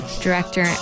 director